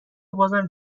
وبازم